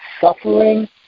suffering